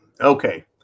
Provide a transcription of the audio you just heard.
Okay